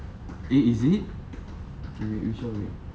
eh is it okay wait we shall wait